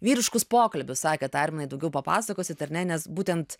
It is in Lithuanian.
vyriškus pokalbius sakėt arminai daugiau papasakosit ar ne nes būtent